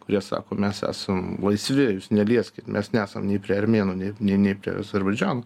kurie sako mes esam laisvi jūs nelieskit mes nesam nei prie armėnų nei nei nei prie azerbaidžano